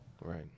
Right